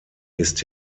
ist